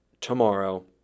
tomorrow